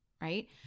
right